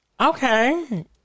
Okay